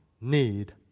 need